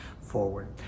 forward